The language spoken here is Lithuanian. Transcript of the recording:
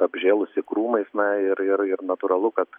apžėlusi krūmais na ir ir ir natūralu kad